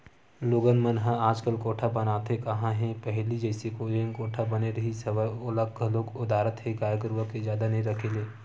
लोगन मन ह आजकल कोठा बनाते काँहा हे पहिली जइसे जेन कोठा बने रिहिस हवय ओला घलोक ओदरात हे गाय गरुवा के जादा नइ रखे ले